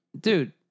Dude